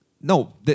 No